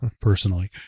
personally